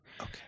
Okay